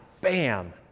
bam